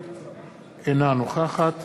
אינה נוכחת